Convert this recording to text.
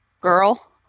girl